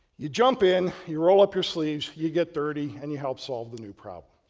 you jump in, you roll up your sleeves, you get dirty, and you help solve the new problem.